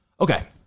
Okay